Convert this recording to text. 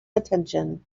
attention